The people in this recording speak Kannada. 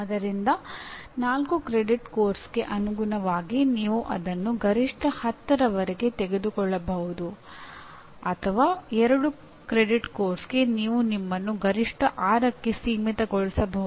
ಆದ್ದರಿಂದ 4 ಕ್ರೆಡಿಟ್ ಪಠ್ಯಕ್ರಮಕ್ಕೆ ಅನುಗುಣವಾಗಿ ನೀವು ಅದನ್ನು ಗರಿಷ್ಠ 10 ರವರೆಗೆ ತೆಗೆದುಕೊಳ್ಳಬಹುದು ಅಥವಾ 2 ಕ್ರೆಡಿಟ್ ಪಠ್ಯಕ್ರಮಕ್ಕೆ ನೀವು ನಿಮ್ಮನ್ನು ಗರಿಷ್ಠ 6ಕ್ಕೆ ಸೀಮಿತಗೊಳಿಸಬಹುದು